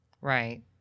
Right